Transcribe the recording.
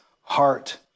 heart